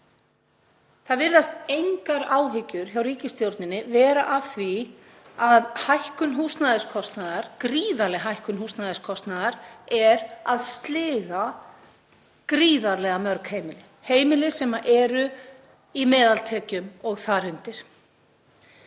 Það virðast engar áhyggjur hjá ríkisstjórninni af því að hækkun húsnæðiskostnaðar, gríðarleg hækkun húsnæðiskostnaðar, er að sliga gríðarlega mörg heimili, heimili sem eru í meðaltekjum og þar undir.